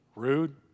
rude